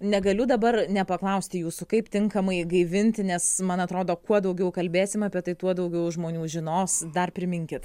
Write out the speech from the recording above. negaliu dabar nepaklausti jūsų kaip tinkamai gaivinti nes man atrodo kuo daugiau kalbėsim apie tai tuo daugiau žmonių žinos dar priminkit